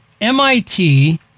MIT